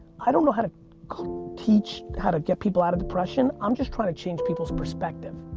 i don't know how to teach, how to get people out of depression, i'm just trying to change people's perspective.